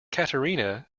katerina